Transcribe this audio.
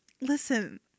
Listen